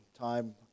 time